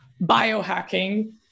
biohacking